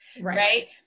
right